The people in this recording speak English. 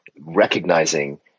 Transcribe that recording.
recognizing